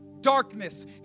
darkness